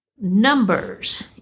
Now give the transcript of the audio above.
numbers